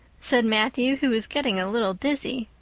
said matthew, who was getting a little dizzy.